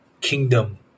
kingdom